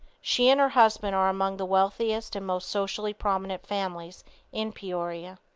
she and her husband are among the wealthiest and most socially prominent families in peoria.